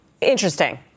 Interesting